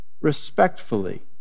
respectfully